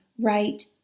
right